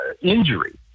injury